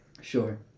Sure